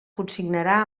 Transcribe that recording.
consignarà